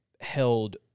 held